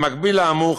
במקביל לאמור,